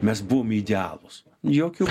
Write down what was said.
mes buvom idealūs jokių